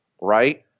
right